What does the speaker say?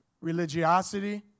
religiosity